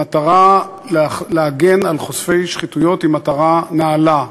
המטרה להגן על חושפי שחיתויות היא מטרה נעלה,